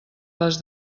les